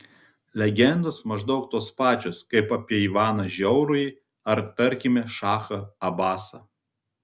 legendos maždaug tos pačios kaip apie ivaną žiaurųjį ar tarkime šachą abasą